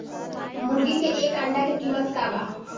मुर्गी के एक अंडा के कीमत का बा?